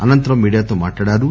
అనంతరం మీడియాతో మాట్లాడారు